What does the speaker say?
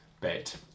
bet